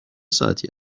ساعتی